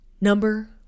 Number